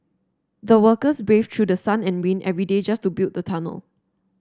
the workers braved through the sun and rain every day just to build the tunnel